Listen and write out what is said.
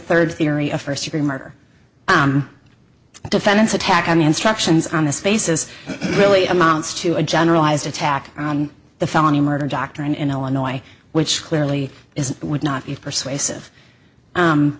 third theory of first degree murder defendant's attack on the instructions on this basis really amounts to a generalized attack on the felony murder doctrine in illinois which clearly is would not be persuasive